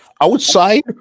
outside